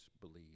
believe